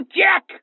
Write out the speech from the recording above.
jack